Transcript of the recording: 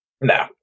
No